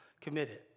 committed